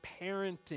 parenting